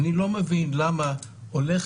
אני לא מבין למה עולה